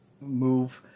move